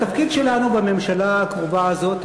התפקיד שלנו בממשלה הקרובה הזאת,